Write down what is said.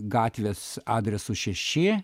gatvės adresu šeši